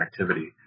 activity